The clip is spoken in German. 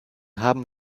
haben